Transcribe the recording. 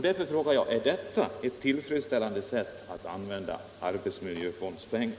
Därför frågar jag: Är detta ett tillfredsställande sätt att använda arbetsmiljöfondspengar?